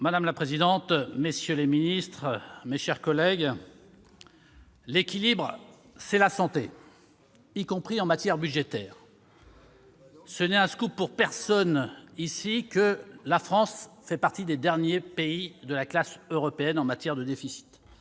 Madame la présidente, messieurs les ministres, mes chers collègues, l'équilibre, c'est la santé, y compris en matière budgétaire. Oui ! Ce n'est un scoop pour personne ici : la France fait partie des derniers pays de la classe européenne en matière de déficit.